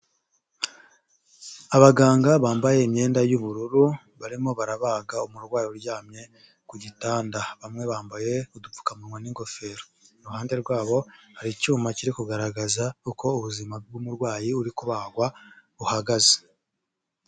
Abaganga bambaye imyenda y'ubururu barimo barabaga umurwayi uryamye ku gitanda. Bamwe bambaye udupfukamunwa n'ingofero, iruhande rw'abo hari icyuma kiri kugaragaza uko ubuzima bw'umurwayi uri kubagwa buhagaze.